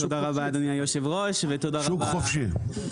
שוק חופשי.